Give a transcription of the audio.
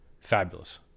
fabulous